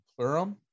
plurum